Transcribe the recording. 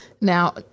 Now